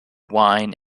wine